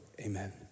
Amen